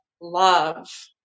love